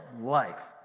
life